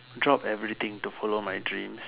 drop everything to follow my dreams